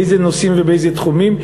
באיזה נושאים ובאיזה תחומים,